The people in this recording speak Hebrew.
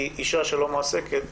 אישה שלא מועסקת,